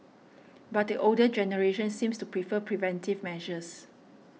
but the older generation seems to prefer preventive measures